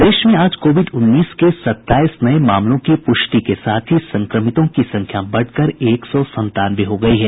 प्रदेश में आज कोविड उन्नीस के सत्ताईस नये मामलों की पुष्टि के साथ ही संक्रमितों की संख्या बढ़ कर एक सौ सतानवे हो गयी है